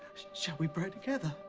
shall we pray together?